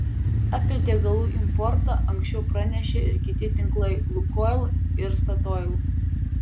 apie degalų importą anksčiau pranešė ir kiti tinklai lukoil ir statoil